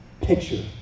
picture